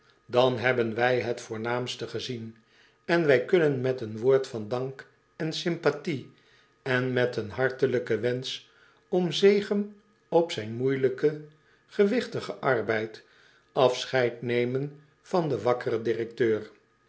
dan hebben wij het voornaamste gezien en wij kunnen met een woord van dank en sympathie en met een hartelijken wensch om zegen op zijn moeijelijken gewigtigen arbeid afscheid nemen van den wakkeren directeur